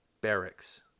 barracks